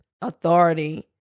authority